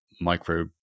micro